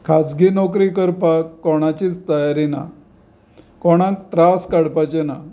खाजगी नोकरी करपाक कोणाचीच तयारी ना कोणाक त्रास काडपाचे ना